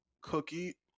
cookie